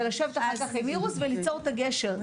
לשבת אחר כך עם אירוס וליצור את הגשר,